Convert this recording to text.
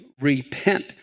repent